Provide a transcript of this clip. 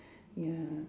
ya